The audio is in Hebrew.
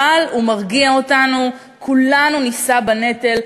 אבל הוא מרגיע אותנו: כולנו נישא בנטל,